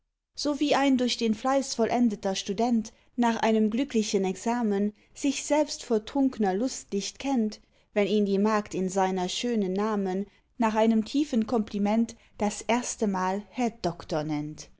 so wie ein durch den fleiß vollendeter student nach einem glücklichen examen sich selbst vor trunkner lust nicht kennt wenn ihn die magd in seiner schöne namen nach einem tiefen kompliment das erstemal herr